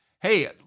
Hey